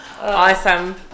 Awesome